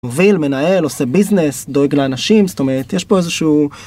מוביל מנהל עושה ביזנס דואג לאנשים זאת אומרת יש פה איזה שהוא.